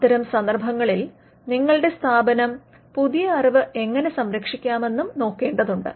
അത്തരം സന്ദർഭങ്ങളിൽ നിങ്ങളുടെ സ്ഥാപനം പുതിയ അറിവ് എങ്ങനെ സംരക്ഷിക്കാമെന്നും നോക്കേണ്ടതുണ്ട്